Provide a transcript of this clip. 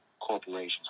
corporations